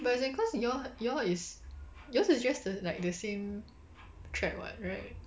but as in cause you all you all is yours is just the like the same track [what] right